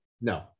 No